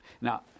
Now